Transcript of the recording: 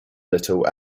little